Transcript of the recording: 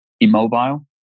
immobile